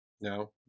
no